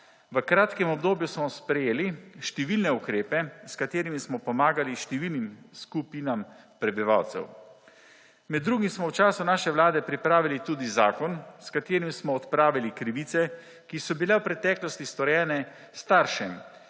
V kratkem obdobju smo sprejeli številne ukrepe, s katerimi smo pomagali številnim skupinam prebivalcev. Med drugim smo v času naše vlade pripravili tudi zakon, s katerim smo odpravili krivice, ki so bile v preteklosti storjene staršem